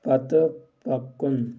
پتہٕ پَکُن